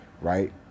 right